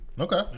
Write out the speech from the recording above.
Okay